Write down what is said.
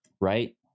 Right